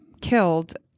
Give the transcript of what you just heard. killed